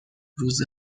روز